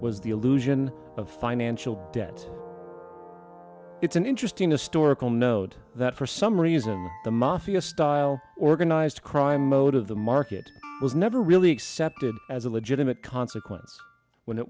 was the illusion of financial debt it's an interesting historical note that for some reason the mafia style organized crime mode of the market was never really accepted as a legitimate consequence when it